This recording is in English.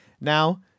Now